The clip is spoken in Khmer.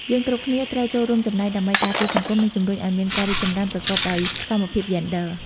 យើងគ្រប់គ្នាត្រូវចូលរួមចំណែកដើម្បីការពារសង្គម និងជំរុញឱ្យមានភាពរីកចម្រើនប្រកបដោយសមភាពយេនឌ័រ។